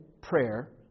prayer